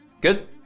Good